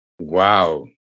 Wow